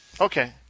Okay